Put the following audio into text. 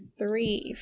three